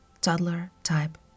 toddler-type